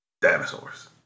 dinosaurs